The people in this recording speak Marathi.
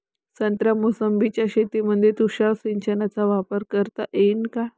संत्रा मोसंबीच्या शेतामंदी तुषार सिंचनचा वापर करता येईन का?